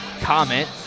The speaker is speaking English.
comment